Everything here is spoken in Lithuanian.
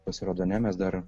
pasirodo ne mes dar